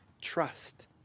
trust